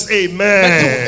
amen